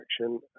action